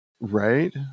right